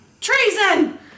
Treason